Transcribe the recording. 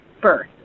birth